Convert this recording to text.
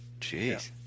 Jeez